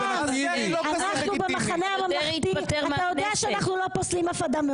אתה יודע שאנחנו במחנה הממלכתי לא פוסלים אף אדם.